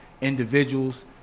individuals